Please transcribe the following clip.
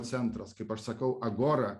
centras kaip aš sakau agora